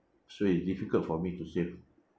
so it's difficult for me to save